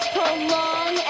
prolong